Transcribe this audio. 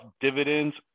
dividends